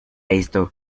esto